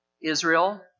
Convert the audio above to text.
Israel